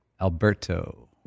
Alberto